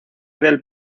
del